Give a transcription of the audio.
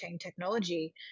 technology